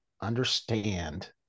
understand